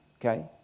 okay